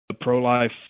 pro-life